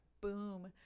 boom